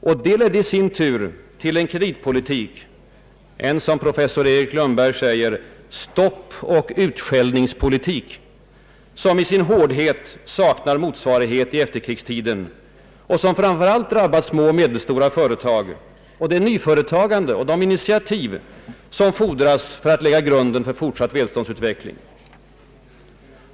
Och detta ledde i sin tur till en kreditpolitik — en, som Erik Lundberg säger, »stoppoch utskällningspolitik« — som i sin hårdhet saknar motsvarighet i efterkrigstiden och som framför allt drabbat små och medelstora företag samt det nyföretagande och de initiativ som fordras för att lägga grunden för fortsatt välståndsutveckling.